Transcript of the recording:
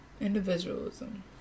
individualism